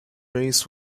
race